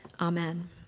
Amen